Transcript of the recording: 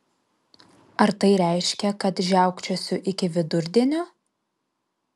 ar tai reiškia kad žiaukčiosiu iki vidurdienio